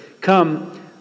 come